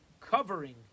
covering